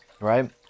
right